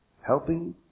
Helping